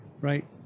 right